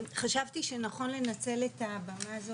חשבתי שנכון לנצל את הבמה הזאת,